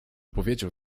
powiedział